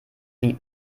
sie